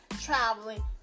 traveling